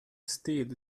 steed